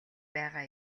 байгаа